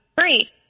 free